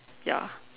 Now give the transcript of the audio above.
ya